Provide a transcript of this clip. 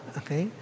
okay